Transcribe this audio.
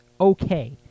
okay